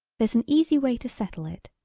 there's an easy way to settle it.